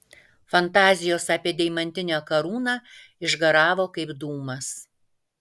fantazijos apie deimantinę karūną išgaravo kaip dūmas